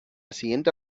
siguiente